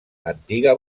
antiga